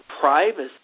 privacy